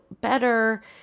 better